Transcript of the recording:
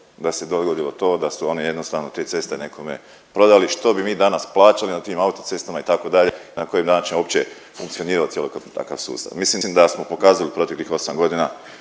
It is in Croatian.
da se dogodilo to da su one jednostavno te ceste nekome prodali, što bi mi danas plaćali na tim autocestama itd., na koji način uopće funkcionirao … takav sustav. Mislim da smo pokazali u proteklih osam godina